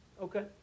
Okay